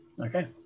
Okay